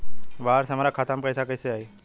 बाहर से हमरा खाता में पैसा कैसे आई?